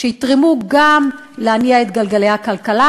שיתרמו גם בלהניע את גלגלי הכלכלה.